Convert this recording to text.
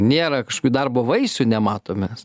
nėra kažkokių darbo vaisių nematom mes